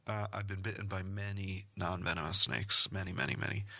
i've been bitten by many non-venomous snakes. many, many, many.